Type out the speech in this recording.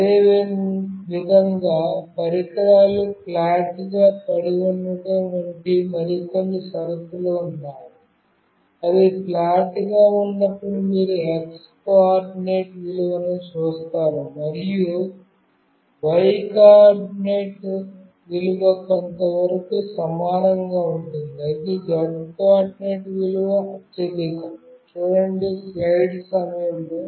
అదేవిధంగాపరికరాలు ఫ్లాట్గా పడి ఉండటం వంటి మరికొన్ని షరతులు ఉన్నాయి అది ఫ్లాట్గా ఉన్నప్పుడు మీరు x కోఆర్డినేట్ విలువను చూస్తారు మరియు y కోఆర్డినేట్ విలువ కొంతవరకు సమానంగా ఉంటుంది అయితే z కోఆర్డినేట్ విలువ అత్యధికం